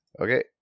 Okay